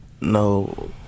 no